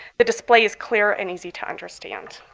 the display is clear and easy to understand.